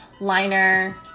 liner